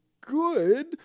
good